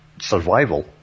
survival